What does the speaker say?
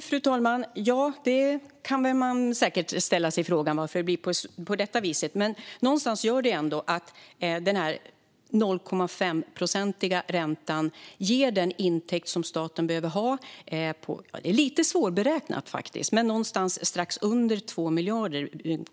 Fru talman! Man kan säkert ställa sig frågan varför det blir på detta viset, men någonstans gör det ändå att den 0,5-procentiga räntan ger den intäkt som staten behöver. Det är faktiskt lite svårberäknat, men det kommer att landa någonstans strax under 2 miljarder.